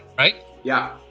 right? yeah.